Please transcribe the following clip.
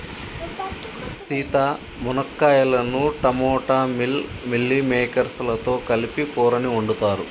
సీత మునక్కాయలను టమోటా మిల్ మిల్లిమేకేర్స్ లతో కలిపి కూరని వండుతారు